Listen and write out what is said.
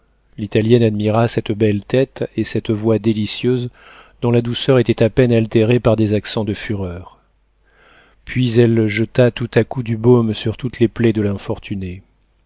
l'italienne admira cette belle tête et cette voix délicieuse dont la douceur était à peine altérée par des accents de fureur puis elle jeta tout à coup du baume sur toutes les plaies de l'infortuné